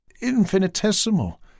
infinitesimal